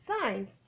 Signs